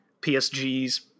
PSG's